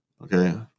Okay